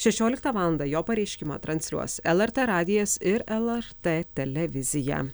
šešioliktą valandą jo pareiškimą transliuos lrt radijas ir lrt televizija